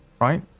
Right